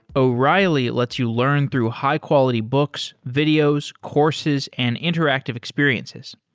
o'reilly lets you learn through high-quality books, videos, courses and interactive experiences.